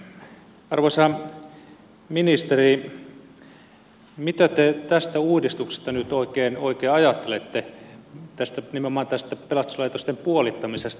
arvoisa ministeri mitä te tästä uudistuksesta nyt oikein ajattelette nimenomaan tästä pelastuslaitosten määrän puolittamisesta